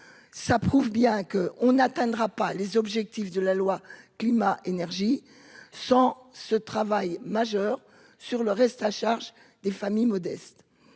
ça prouve bien que on n'atteindra pas les objectifs de la loi climat-énergie sans ce travail majeur sur le reste à charge des familles modestes